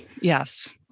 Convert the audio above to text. Yes